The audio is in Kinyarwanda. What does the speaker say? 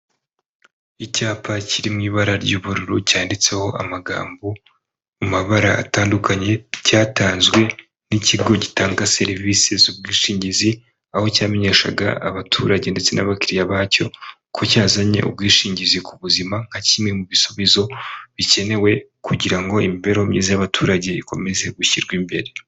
Icyapa kiri mu ibara ry'ubururu cyanditseho amagambo mu mabara atandukanye, cyatanzwe n'ikigo gitanga serivisi z'ubwishingizi, aho cyamenyeshaga abaturage ndetse n'abakiriya bacyo ko cyazanye ubwishingizi ku buzima, nka kimwe mu bisubizo bikenewe kugira ngo imibereho myiza y'abaturage ikomeze gushyirwa imbere.